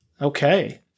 Okay